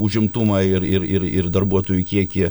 užimtumą ir ir ir darbuotojų kiekį